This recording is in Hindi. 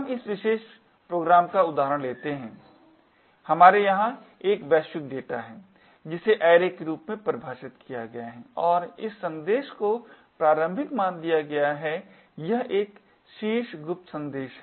हम इस विशेष प्रोग्राम का उदाहरण लेते हैं हमारे यहां एक वैश्विक डेटा है जिसे ऐरे के रूप में परिभाषित किया गया है और इस संदेश को प्रारंभिक मान दिया गया है यह एक शीर्ष गुप्त संदेश है